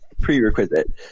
prerequisite